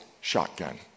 shotgun